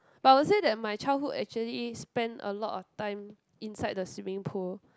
but I would say that my childhood actually spent a lot of time inside the swimming pool